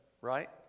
right